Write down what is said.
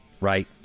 right